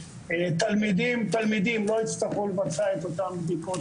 תלמידים לא יצטרכו לבצע את אותן בדיקות